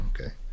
Okay